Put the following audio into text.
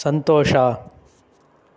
ಸಂತೋಷ